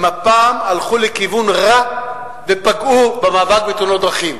הם הפעם הלכו לכיוון רע ופגעו במאבק בתאונות הדרכים.